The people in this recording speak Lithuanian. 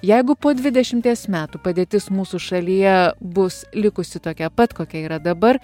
jeigu po dvidešimties metų padėtis mūsų šalyje bus likusi tokia pat kokia yra dabar